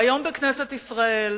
היום בכנסת ישראל